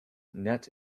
net